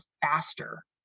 faster